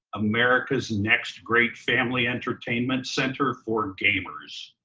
america's next great family entertainment center for gamers.